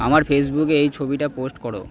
আমার ফেসবুকে এই ছবিটা পোস্ট করো